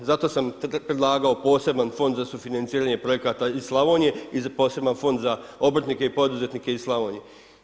Zato sam predlagao poseban fond za sufinancirane projekt iz Slavonije i poseban fond za obrtnike i poduzetnike iz Slavonije.